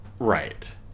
Right